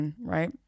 right